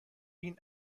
این